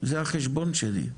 זה החשבון שלי,